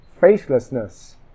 faithlessness